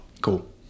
Cool